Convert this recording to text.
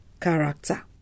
character